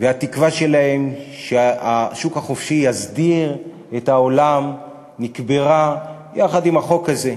והתקווה שלהם שהשוק החופשי יסדיר את העולם נקברה יחד עם החוק הזה.